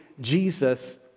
Jesus